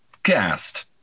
cast